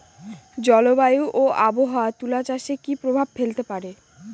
জলবায়ু ও আবহাওয়া তুলা চাষে কি প্রভাব ফেলতে পারে?